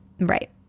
right